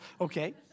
Okay